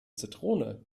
zitrone